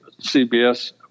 CBS